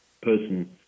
person